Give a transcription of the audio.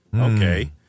Okay